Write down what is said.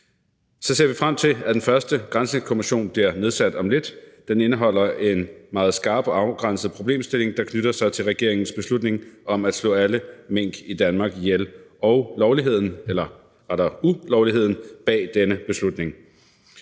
vi ser frem til, at den første granskningskommission bliver nedsat om lidt. Den indeholder en meget skarpt afgrænset problemstilling, som knytter sig til regeringens beslutning om at slå alle mink i Danmark ihjel og om lovligheden, eller rettere